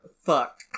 Fuck